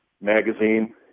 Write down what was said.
magazine